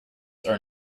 are